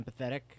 empathetic